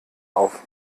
auf